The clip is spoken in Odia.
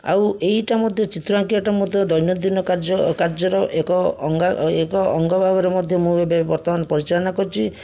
ଆଉ ଏଇଟା ମଧ୍ୟ ଚିତ୍ର ଆଙ୍କିବାଟା ମଧ୍ୟ ଦୈନନ୍ଦିନ କାର୍ଯ୍ୟ କାର୍ଯ୍ୟର ଏକ ଅଙ୍ଗା ଏକ ଅଙ୍ଗ ଭାବରେ ମଧ୍ୟ ମୁଁ ଏବେ ବର୍ତ୍ତମାନ ପରିଚାଳନା କରିଛି